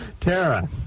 Tara